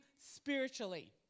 spiritually